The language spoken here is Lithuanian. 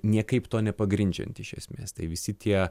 niekaip to nepagrindžiant iš esmės tai visi tie